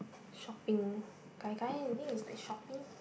shopping gai-gai I think is like shopping